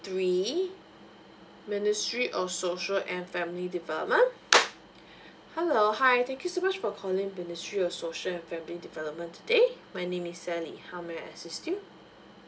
three ministry of social and family development hello hi thank you so much for calling ministry of social and family development today my name is sally how may I assist you